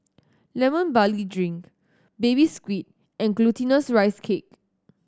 Lemon Barley Drink Baby Squid and Glutinous Rice Cake